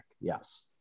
yes